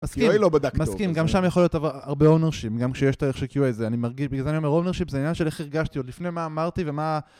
מסכים, מסכים, גם שם יכול להיות הרבה אונרשים, גם כשיש איך שקיעו על זה, אני מרגיש, בגלל זה אני אומר אונרשים זה עניין של איך הרגשתי, או לפני מה אמרתי ומה...